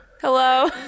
Hello